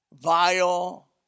vile